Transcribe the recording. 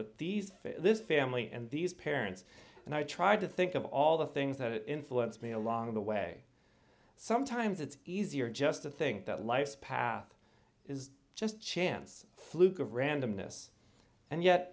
with these this family and these parents and i try to think of all the things that influence me along the way sometimes it's easier just to think that life's path is just chance fluke of randomness and yet